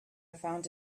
found